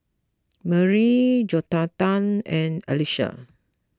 Marlie Jonatan and Alicia